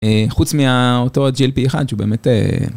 חוץ מאותו GLP1 שהוא באמת.